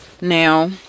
Now